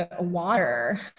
water